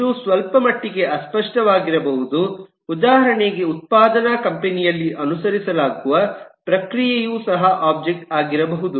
ಇದು ಸ್ವಲ್ಪಮಟ್ಟಿಗೆ ಅಸ್ಪಷ್ಟವಾಗಿರಬಹುದು ಉದಾಹರಣೆಗೆ ಉತ್ಪಾದನಾ ಕಂಪನಿ ಯಲ್ಲಿ ಅನುಸರಿಸಲಾಗುವ ಪ್ರಕ್ರಿಯೆಯು ಸಹ ಒಬ್ಜೆಕ್ಟ್ ಆಗಿರಬಹುದು